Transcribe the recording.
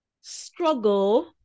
struggle